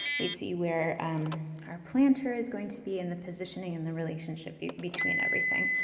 we see where our planter is going to be in the positioning and the relationship between everything.